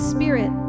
Spirit